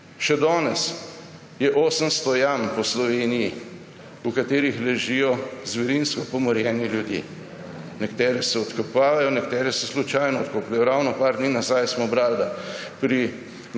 Še danes je 800 jam po Sloveniji, v katerih ležijo zverinsko pomorjeni ljudje. Nekatere so odkopali, nekatere se slučajno odkopljejo. Ravno nekaj dni nazaj smo brali, da je